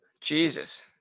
Jesus